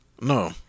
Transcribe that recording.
no